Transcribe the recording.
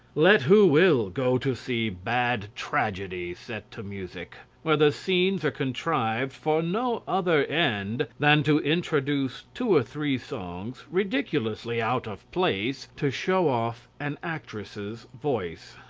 let who will go to see bad tragedies set to music, where the scenes are contrived for no other end than to introduce two or three songs ridiculously out of place, to show off an actress's voice.